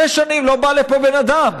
שש שנים לא בא לפה בן אדם,